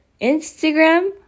instagram